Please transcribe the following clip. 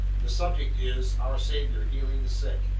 the subject is, our saviour healing the sick,